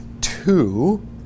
two